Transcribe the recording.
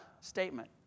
statement